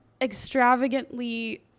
extravagantly